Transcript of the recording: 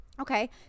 Okay